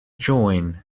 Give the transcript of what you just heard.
join